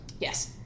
Yes